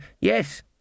yes